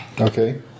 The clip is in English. Okay